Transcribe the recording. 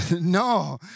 no